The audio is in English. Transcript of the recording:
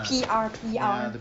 P_R P_R